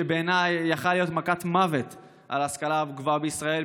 שבעיניי יכול היה להיות מכת מוות להשכלה הגבוהה בישראל,